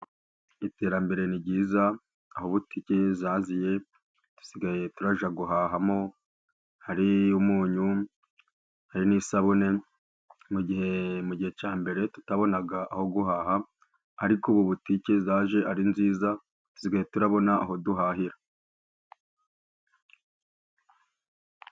Iterambere ni ryiza, aho butike zaziye, dusigaye turajya guhahamo, hari umunyu, hari n'isabune, mu gihe mu gihe cya mbere tutabonaga aho guhaha, ariko ubu butike zaje ari nziza, dusigaye turabona aho duhahira.